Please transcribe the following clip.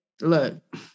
look